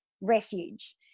refuge